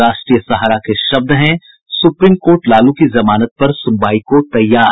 राष्ट्रीय सहारा के शब्द हैं सुप्रीम कोर्ट लालू की जमानत पर सुनवाई को तैयार